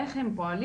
איך הם פועלים,